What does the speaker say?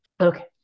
Okay